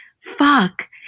Fuck